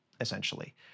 essentially